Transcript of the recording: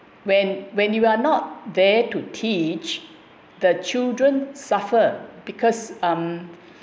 when when you are not there to teach the children suffer because um